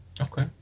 okay